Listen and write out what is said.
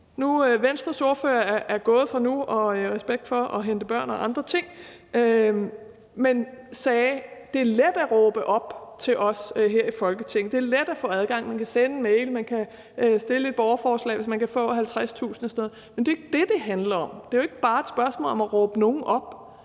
Venstres ordfører er gået for nu, og respekt for at hente børn og andre ting, og han sagde, at det er let at råbe os her i Folketinget op, det er let at få adgang, man kan sende en mail, man kan stille et borgerforslag, hvis man kan få 50.000 underskrifter, men det er jo ikke det, det handler om. For det er jo ikke bare et spørgsmål om at råbe nogen op,